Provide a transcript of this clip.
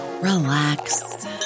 relax